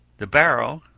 the barrow,